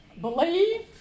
believe